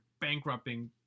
bankrupting